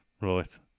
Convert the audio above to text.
Right